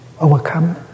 overcome